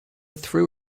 threw